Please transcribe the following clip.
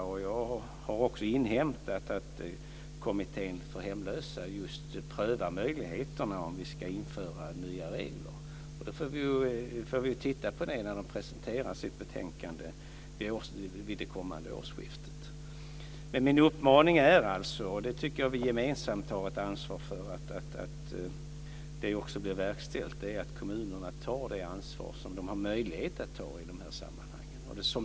Jag har också inhämtat att Kommittén för hemlösa prövar möjligheten att vi ska införa nya regler. Vi får titta på det när de presenterar sitt betänkande vid det kommande årsskiftet. Min uppmaning är alltså - och jag tycker att vi gemensamt har ett ansvar för att det också blir verkställt - att kommunerna tar det ansvar som de har möjlighet att ta i de här sammanhangen.